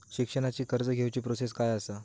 शिक्षणाची कर्ज घेऊची प्रोसेस काय असा?